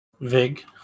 Vig